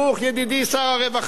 ידידי שר הרווחה.